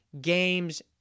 games